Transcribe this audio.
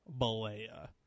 Balea